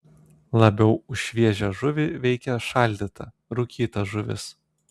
labiau už šviežią žuvį veikia šaldyta rūkyta žuvis